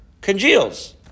congeals